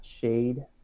shade